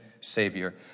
savior